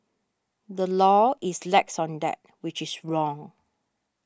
the law is lax on that which is wrong